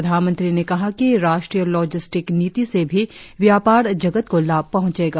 प्रधानमंत्री ने कहा कि राष्ट्रीय लॉजिस्टिक्स नीति से भी व्यापार जगत को लाभ पहुचेगा